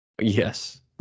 Yes